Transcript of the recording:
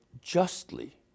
justly